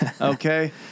Okay